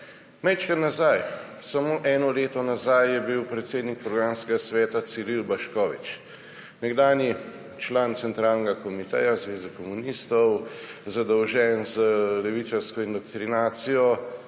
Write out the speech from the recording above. Malo nazaj, samo eno leto nazaj je bil predsednik programskega sveta Ciril Baškovič, nekdanji član Centralnega komiteja Zveze komunistov, zadolžen za levičarsko indoktrinacijo.